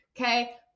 Okay